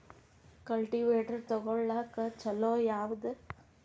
Cultivator ತೊಗೊಳಕ್ಕ ಛಲೋ ಯಾವದ?